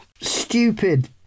stupid